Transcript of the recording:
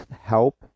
help